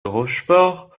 rochefort